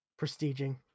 prestiging